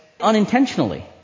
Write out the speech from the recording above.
unintentionally